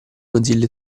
mozilla